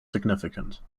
significant